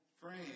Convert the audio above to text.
frame